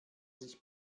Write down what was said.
sich